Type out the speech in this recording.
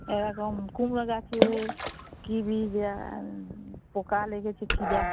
এরকম কুমড়ো গাছে কী বিষ দেওয়া পোকা লেগেছে কী দেওয়া